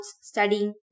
studying